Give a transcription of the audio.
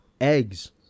eggs